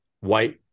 white